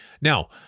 now